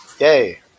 Yay